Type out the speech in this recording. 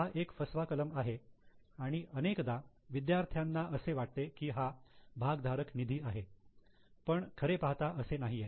हा एक फसवा कलम आहे आणि अनेकदा विद्यार्थ्याना असे वाटते की हा भागधारक निधी आहे पण खरे पाहता असे नाहीये